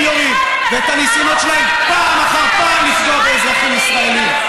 יורים ואת הניסיונות שלהם פעם אחר פעם לפגוע באזרחים ישראלים.